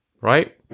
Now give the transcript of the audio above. right